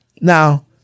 Now